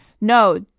no